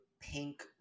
pink